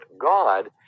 God